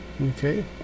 okay